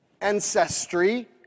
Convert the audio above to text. ancestry